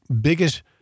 biggest